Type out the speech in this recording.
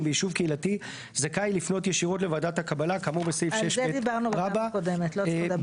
ביישוב קהילתי זכאי לפנות ישירות לוועדת הקבלה כאמור בסעיף 6ב. (ב)